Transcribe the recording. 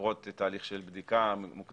עוברות תהליך של בדיקה מוקדמת,